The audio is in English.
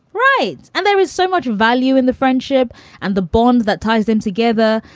right. and there is so much value in the friendship and the bond that ties them together.